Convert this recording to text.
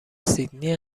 سیدنی